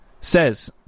says